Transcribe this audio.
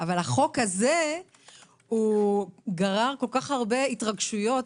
אבל החוק הזה גרר כל כך הרבה התרגשויות